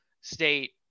state